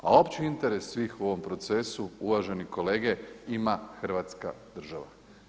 A opći interes svih u ovom procesu uvaženi kolege ima Hrvatska država.